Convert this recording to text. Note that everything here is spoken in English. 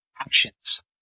actions